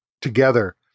together